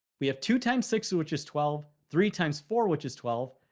we have two times six two which is twelve, three times four which is twelve.